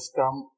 come